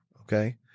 Okay